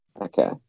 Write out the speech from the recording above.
Okay